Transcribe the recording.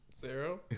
Zero